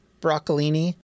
broccolini